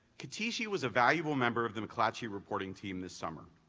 katishi was a valuable member of the mcclatchy reporting team this summer.